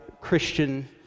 Christian